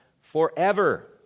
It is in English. forever